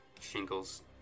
shingles